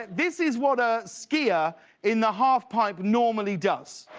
this is what a skier in the half-pipe normally does.